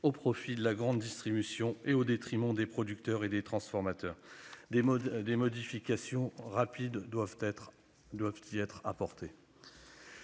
au profit de la grande distribution et au détriment des producteurs et des transformateurs. Des modifications rapides doivent y être apportées.